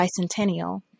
bicentennial